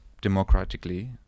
democratically